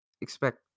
expect